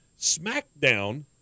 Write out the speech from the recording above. smackdown